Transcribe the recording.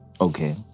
Okay